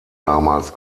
damals